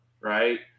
right